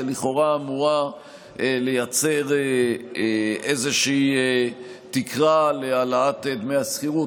שלכאורה אמורה לייצר איזושהי תקרה להעלאת דמי השכירות,